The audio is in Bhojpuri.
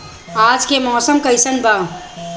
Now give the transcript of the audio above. आज के मौसम कइसन बा?